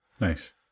Nice